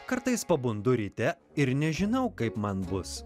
kartais pabundu ryte ir nežinau kaip man bus